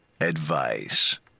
Advice